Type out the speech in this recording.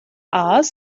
aas